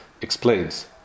explains